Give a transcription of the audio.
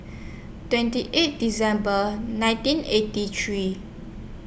twenty eight December nineteen eighty three